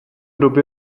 době